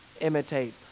imitate